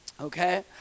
Okay